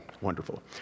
wonderful